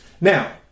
Now